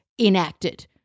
enacted